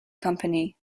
company